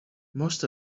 most